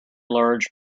large